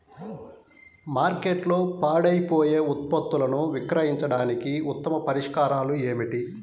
మార్కెట్లో పాడైపోయే ఉత్పత్తులను విక్రయించడానికి ఉత్తమ పరిష్కారాలు ఏమిటి?